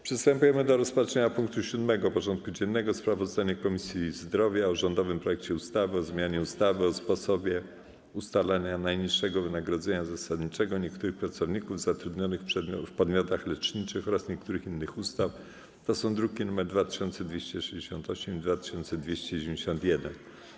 Przystępujemy do rozpatrzenia punktu 7. porządku dziennego: Sprawozdanie Komisji Zdrowia o rządowym projekcie ustawy o zmianie ustawy o sposobie ustalania najniższego wynagrodzenia zasadniczego niektórych pracowników zatrudnionych w podmiotach leczniczych oraz niektórych innych ustaw (druki nr 2268 i 2291)